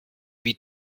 wie